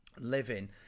living